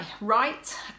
right